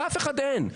לאף אחד אין.